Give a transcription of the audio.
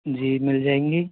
जी मिल जाएंगे